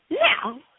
Now